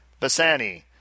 Bassani